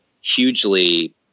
hugely